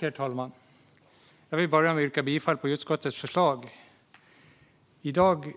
Herr talman! Jag vill börja med att yrka bifall till utskottets förslag. I dag